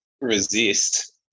resist